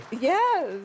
Yes